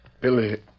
Billy